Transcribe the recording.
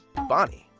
bonnie.